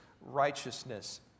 righteousness